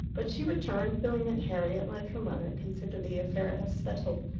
but she returned feeling that harriet, like her mother, considered the affair as settled.